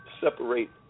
separate